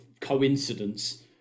Coincidence